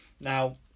now